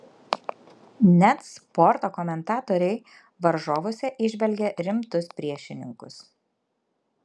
net sporto komentatoriai varžovuose įžvelgia rimtus priešininkus